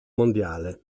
mondiale